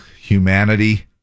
humanity